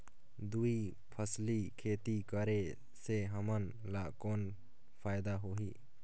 दुई फसली खेती करे से हमन ला कौन फायदा होही?